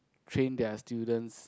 train their students